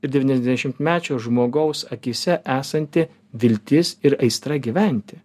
ir devyniasdešimtmečio žmogaus akyse esanti viltis ir aistra gyventi